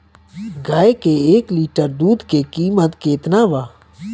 गाय के एक लीटर दूध के कीमत केतना बा?